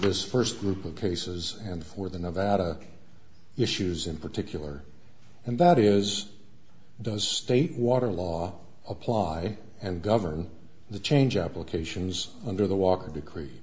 this first group of cases and where the nevada issues in particular and that is does state water law apply and govern the change applications under the walker